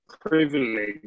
privilege